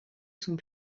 sont